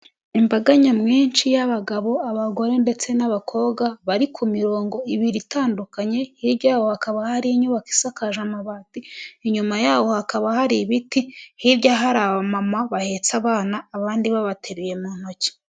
Imbaga nyamwinshi y'abagabo abagore ndetse n'abakobwa, bari ku mirongo ibiri itandukanye, hirya yaho hakaba hari inyubako isakaje amabati, inyuma yaho hakaba hari ibiti, hirya hari abamama bahetse abana, abandi babatereruye mu ntoki.